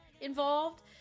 involved